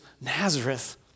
Nazareth